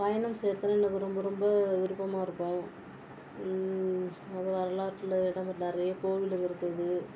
பயணம் செய்றதில் எனக்கு ரொம்ப ரொம்ப விருப்பமாக இருக்கும் அதுவும் வரலாற்றில் இடம் பெற்ற நிறைய கோவில்கள் இருக்குது